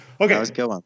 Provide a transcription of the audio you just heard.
okay